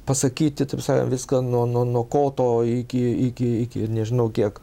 pasakyti ta prasme viską nuo nuo nuo koto iki iki iki nežinau kiek